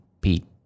Pete